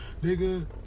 nigga